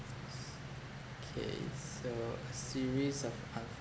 s~ K so a series of